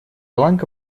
ланка